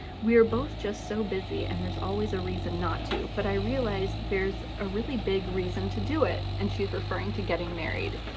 we were both just so busy and there's always a reason not to, but i realized there's a really big reason to do it. and she's referring to getting married.